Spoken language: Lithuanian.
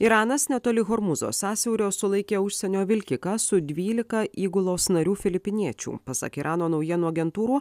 iranas netoli hormūzo sąsiaurio sulaikė užsienio vilkiką su dvylika įgulos narių filipiniečių pasak irano naujienų agentūrų